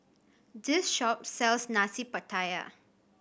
this shop sells Nasi Pattaya